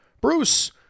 Bruce